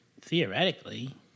Theoretically